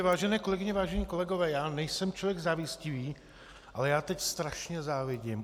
Vážené kolegyně, vážení kolegové, nejsem člověk závistivý, ale teď strašně závidím.